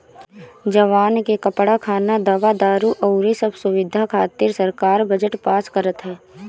जवान के कपड़ा, खाना, दवा दारु अउरी सब सुबिधा खातिर सरकार बजट पास करत ह